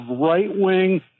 right-wing